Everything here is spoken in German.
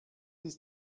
ist